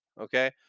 okay